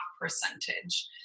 percentage